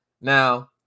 Now